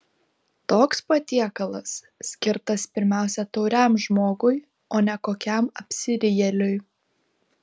toks patiekalas skirtas pirmiausia tauriam žmogui o ne kokiam apsirijėliui